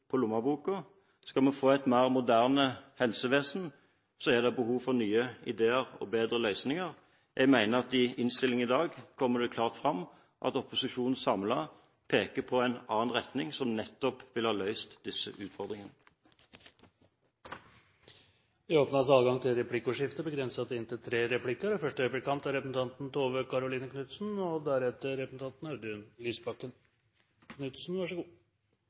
helsepolitiske bordet, skal vi gi alle muligheten til lik helsehjelp, uavhengig av tykkelsen på lommeboken, skal vi få et mer moderne helsevesen, er det behov for nye ideer og bedre løsninger. Jeg mener at det i innstillingen i dag kommer klart fram at opposisjonen samlet peker ut en annen retning som nettopp ville ha løst disse utfordringene. Det blir replikkordskifte. Høyre vil ha